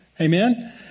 Amen